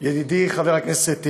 ידידי חבר הכנסת קיש,